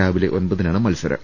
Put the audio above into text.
രാവിലെ ഒമ്പതിനാണ് മത്സരം